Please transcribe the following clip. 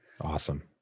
Awesome